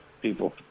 people